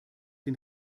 den